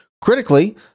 Critically